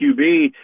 QB